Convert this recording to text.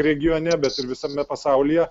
regione bet ir visame pasaulyje